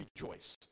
rejoice